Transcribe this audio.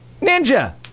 Ninja